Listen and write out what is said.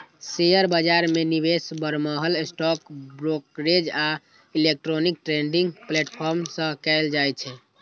share बाजार मे निवेश बरमहल स्टॉक ब्रोकरेज आ इलेक्ट्रॉनिक ट्रेडिंग प्लेटफॉर्म सं कैल जाइ छै